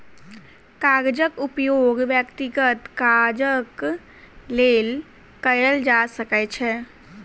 कागजक उपयोग व्यक्तिगत काजक लेल कयल जा सकै छै